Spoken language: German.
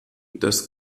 das